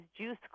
juice